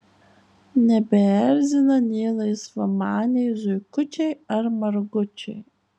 nebeerzina nė laisvamaniai zuikučiai ar margučiai